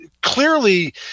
clearly